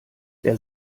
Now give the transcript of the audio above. der